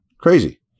Crazy